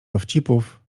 dowcipów